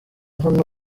hano